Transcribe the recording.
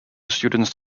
students